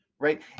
right